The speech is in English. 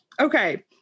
Okay